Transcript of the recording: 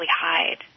hide